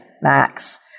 max